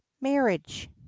marriage